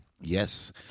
Yes